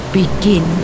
begin